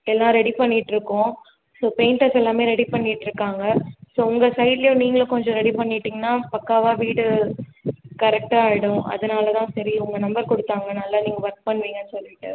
எல்லாம் ரெடி பண்ணிகிட்ருக்கோம் so painters எல்லாமே ரெடி பண்ணிகிட்டு இருக்காங்க ஸோ உங்கள் சைடில் நீங்களும் கொஞ்சம் ரெடி பண்ணிவிட்டிங்கன்னா பக்காவாக வீடு கரெக்டாக ஆகிடும் அதனால் தான் சரி உங்கள் நம்பர் கொடுத்தாங்க நல்லா நீங்கள் ஒர்க் பண்ணுவீங்கனு சொல்லிட்டு